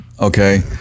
okay